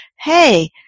hey